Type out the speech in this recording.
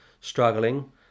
struggling